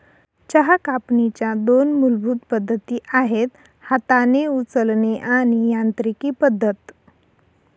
चहा कापणीच्या दोन मूलभूत पद्धती आहेत हाताने उचलणे आणि यांत्रिकी पद्धत